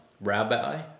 Rabbi